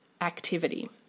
activity